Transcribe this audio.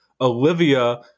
Olivia